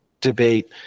debate